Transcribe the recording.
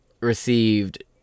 received